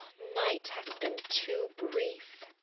night hath been too brief.